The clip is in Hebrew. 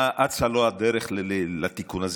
מה אצה לו הדרך לתיקון הזה?